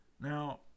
Now